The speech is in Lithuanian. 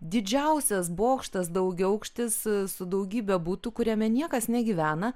didžiausias bokštas daugiaaukštis su daugybe butų kuriame niekas negyvena